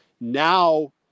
now